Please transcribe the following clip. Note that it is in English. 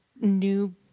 new